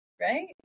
right